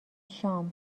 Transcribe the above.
شام